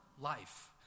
life